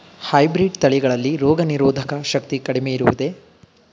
Hybrid ತಳಿಗಳಲ್ಲಿ ರೋಗನಿರೋಧಕ ಶಕ್ತಿ ಕಡಿಮೆ ಇರುವುದೇ?